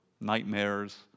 nightmares